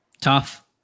Tough